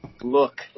look